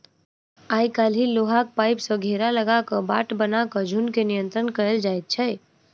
आइ काल्हि लोहाक पाइप सॅ घेरा लगा क बाट बना क झुंड के नियंत्रण कयल जाइत छै